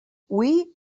hui